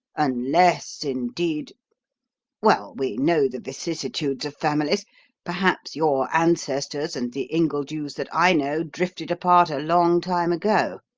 unless, indeed well, we know the vicissitudes of families perhaps your ancestors and the ingledews that i know drifted apart a long time ago.